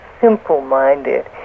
simple-minded